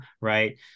right